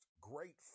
great